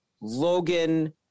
Logan